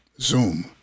Zoom